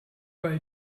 weil